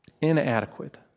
Inadequate